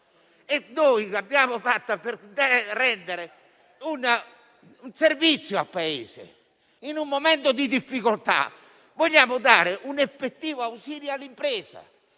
e noi l'abbiamo scritta per rendere un servizio al Paese. In un momento di difficoltà vogliamo dare un effettivo ausilio all'impresa